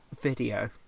video